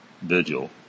vigil